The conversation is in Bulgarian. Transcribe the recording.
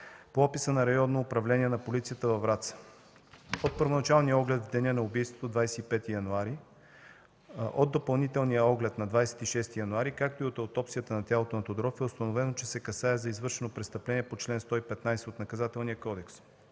по описа на Районно управление на полицията във Враца. След първоначалния оглед в деня на убийството – 25 януари, от допълнителния оглед на 26 януари, както и от аутопсията на тялото на Тодоров е установено, че се касае за извършено престъпление по чл. 115 от Наказателния кодекс.